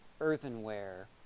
Earthenware